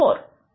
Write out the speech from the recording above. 4